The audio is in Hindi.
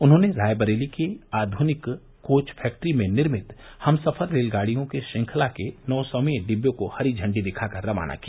उन्होंने रायबरेली की आघ्निक कोच फैक्ट्री में निर्मित हमसफर रेलगाड़ियों की श्रंखला के नौ सौवें डिबे को झंडी दिखाकर रवाना किया